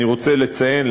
אני רוצה לציין,